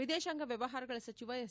ವಿದೇಶಾಂಗ ವ್ಯವಹಾರಗಳ ಸಚಿವ ಎಸ್